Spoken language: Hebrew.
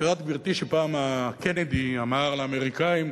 את יודעת, גברתי, שפעם קנדי אמר לאמריקנים: